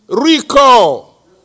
recall